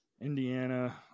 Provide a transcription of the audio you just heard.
Indiana